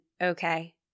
okay